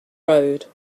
road